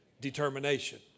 determination